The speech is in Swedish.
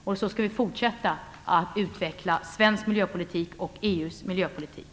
Vi skall också fortsätta att utveckla svensk miljöpolitik och EU:s miljöpolitik.